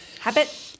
Habit